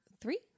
Three